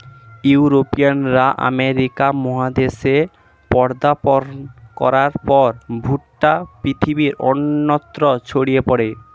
ইউরোপীয়রা আমেরিকা মহাদেশে পদার্পণ করার পর ভুট্টা পৃথিবীর অন্যত্র ছড়িয়ে পড়ে